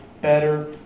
better